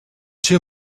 two